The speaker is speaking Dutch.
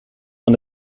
van